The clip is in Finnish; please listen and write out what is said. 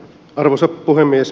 arvoisa puhemies